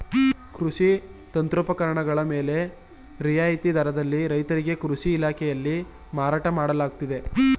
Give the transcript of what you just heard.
ಕೃಷಿ ಯಂತ್ರೋಪಕರಣಗಳ ಮೇಲೆ ರಿಯಾಯಿತಿ ದರದಲ್ಲಿ ರೈತರಿಗೆ ಕೃಷಿ ಇಲಾಖೆಯಲ್ಲಿ ಮಾರಾಟ ಮಾಡಲಾಗುತ್ತದೆ